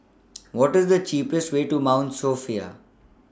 What IS The cheapest Way to Mount Sophia